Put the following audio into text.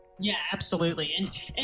yeah, absolutely end and